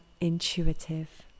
intuitive